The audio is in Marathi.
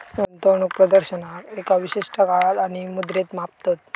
गुंतवणूक प्रदर्शनाक एका विशिष्ट काळात आणि मुद्रेत मापतत